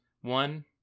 one